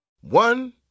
One